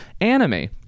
anime